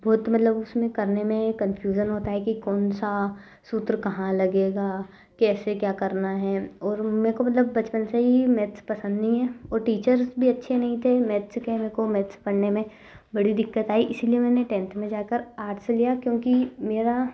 बहुत मतलब उसमें करने में कन्फ्यूजन होता है कि कौन सा सूत्र कहाँ लगेगा कैसे क्या करना है और मुझको मतलब बचपन से ही मैथ्स पसंद नहीं है और टीचर्स भी अच्छे नहीं थे मैथ्स को मेरे को मैथ पढ़ने में बड़ी दिक्कत आई इसलिए मैंने टेंथ में जाकर आर्ट्स लिया क्योंकि मेरा